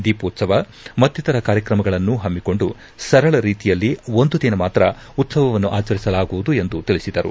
ದೀಪೋತ್ಸವ ಮತ್ತಿತರ ಕಾರ್ಯತ್ರಮಗಳನ್ನು ಹಮ್ಮಿಕೊಂಡು ಸರಳ ರೀತಿಯಲ್ಲಿ ಒಂದು ದಿನ ಮಾತ್ರ ಉತ್ಲವವನ್ನು ಆಚರಿಸಲಾಗುವುದು ಎಂದು ತಿಳಿಸಿದರು